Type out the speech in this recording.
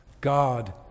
God